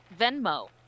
venmo